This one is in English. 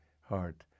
heart